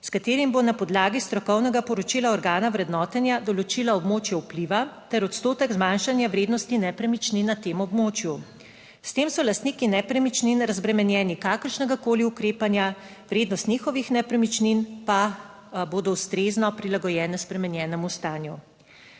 s katerim bo na podlagi strokovnega poročila organa vrednotenja določila območje vpliva ter odstotek zmanjšanja vrednosti nepremičnin na tem območju. S tem so lastniki nepremičnin razbremenjeni kakršnegakoli ukrepanja, vrednost njihovih nepremičnin pa bodo ustrezno prilagojene spremenjenemu stanju.